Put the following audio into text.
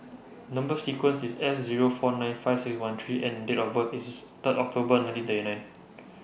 Number sequence IS S Zero four nine five six one three N and Date of birth IS Third October nineteen thirty nine